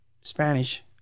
Spanish